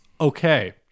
okay